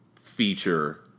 feature